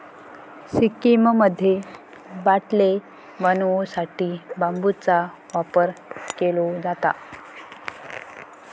सिक्कीममध्ये बाटले बनवू साठी बांबूचा वापर केलो जाता